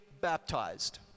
baptized